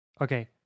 Okay